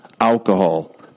alcohol